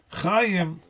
Chaim